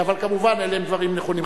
אבל כמובן אלה דברים נכונים.